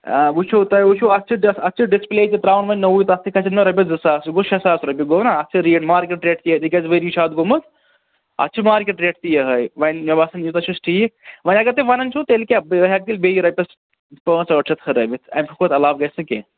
وٕچھُو تۄہہِ وٕچھُو اَتھ چیٖز ڈِس اَتھ چھِ ڈِسپٕلے تہِ ترٛاوُن وَنہِ نوٚوُے تَتھ تہِ کھَسن نا رۄپیَس زٕ ساس سُہ گوٚو شےٚ ساس رۄپیہِ گوٚو نا اَتھ چھِ مارکیٹ ریٹ تہِ تِکیازِ ؤری چھُ اَتھ گوٚمُت اَتھ چھِ مارکیٹ ریٹ تہِ یِہٕے وۄنۍ مےٚ باسان یوٗتاہ چھُس ٹھیٖک وۄنۍ اگر تُہۍ وَنان چھُ تیٚلہِ کیٛاہ بہٕ ہٮ۪کہٕ تیٚلہِ بیٚیہِ رۄپیَس پانٛژھ ٲٹھ شیٚتھ ہُرٲوِتھ اَمہِ کھۄتہٕ علاوٕ گژھِ نہٕ کینٛہہ